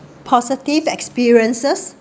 positive experiences